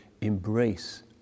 embrace